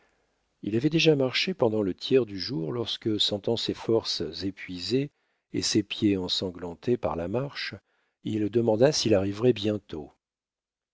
il avait déjà marché pendant le tiers du jour lorsque sentant ses forces épuisées et ses pieds ensanglantés par la marche il demanda s'il arriverait bientôt